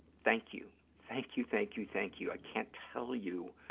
thank you. thank you, thank you, thank you. i can't tell you